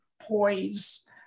poise